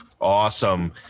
Awesome